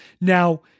Now